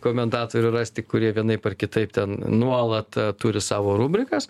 komentatorių rasti kurie vienaip ar kitaip ten nuolat turi savo rubrikas